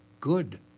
good